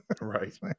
Right